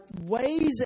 ways